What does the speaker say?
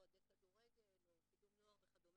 אוהדי כדורגל או קידום נוער וכדומה.